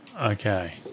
Okay